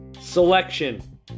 Selection